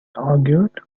argued